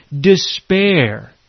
despair